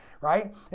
Right